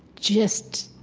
just,